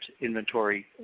inventory